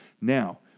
Now